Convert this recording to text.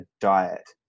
diet